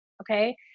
okay